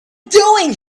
doing